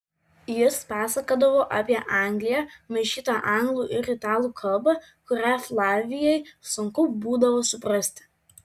jis pasakodavo apie angliją maišyta anglų ir italų kalba kurią flavijai sunku būdavo suprasti